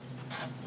האלה.